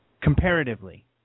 comparatively